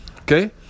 Okay